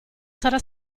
sarà